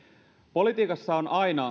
politiikassa on aina